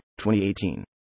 2018